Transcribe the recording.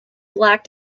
lacked